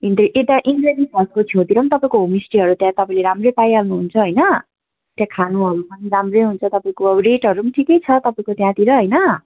यता इन्द्रेणी फल्सको छेउतिर पनि तपाईँको होमस्टेहरू त्यहाँ तपाईँले राम्रै पाइहाल्नुहुन्छ होइन त्यहाँ खानुहरू पनि राम्रै हुन्छ तपाईँको रेटहरू पनि ठिकै छ तपाईँको त्यहाँतिर होइन